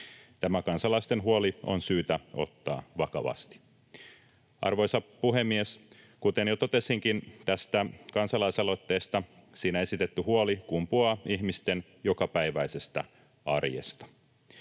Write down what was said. Tämä kansalaisten huoli on syytä ottaa vakavasti. Arvoisa puhemies! Kuten jo totesinkin tästä kansalaisaloitteesta, siinä esitetty huoli kumpuaa ihmisten jokapäiväisestä arjesta.